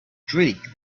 streak